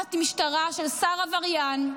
תחת משטרה של שר עבריין.